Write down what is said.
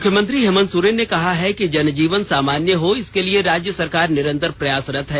मुख्यमंत्री हेमन्त सोरेन ने कहा है कि जन जीवन सामान्य हो इसके लिए राज्य सरकार निरंतर प्रयासरत है